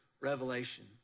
revelation